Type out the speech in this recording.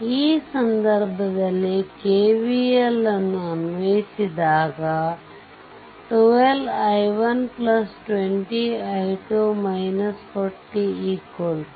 ಈ ಸಂದರ್ಭದಲ್ಲಿ KVLಅನ್ನು ಅನ್ವಯಿಸಿದಾಗ 12 i1 20 i2 40 0